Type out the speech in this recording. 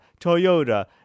Toyota